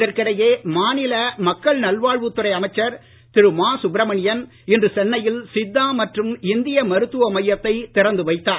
இதற்கிடையே மாநில மக்கள் நல்வாழ்வுத் துறை அமைச்சர் திரு மா சுப்பிரமணியன் இன்று சென்னையில் சித்தா மற்றும் இந்திய மருத்துவ மையத்தை திறந்து வைத்தார்